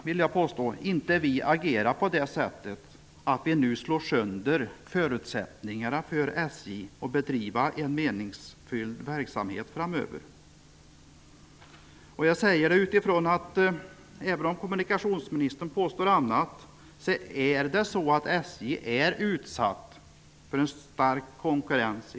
Vi kan då inte agera så att vi slår sönder förutsättningarna för SJ att bedriva en meningsfull verksamhet framöver. Även om kommunikationsministern påstår annat är SJ utsatt för en stark konkurrens.